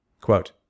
Quote